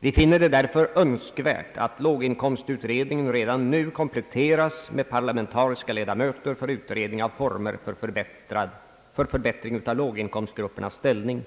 Vi finner det därför önskvärt att låginkomstutredningen redan nu kompletteras med parlamentariska ledamöter för utredning beträffande former för förbättring av låginkomstgruppernas ställning.